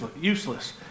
useless